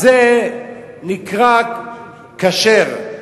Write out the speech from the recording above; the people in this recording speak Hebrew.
אז זה נקרא כשר.